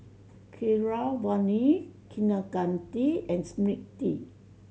Keeravani Kaneganti and Smriti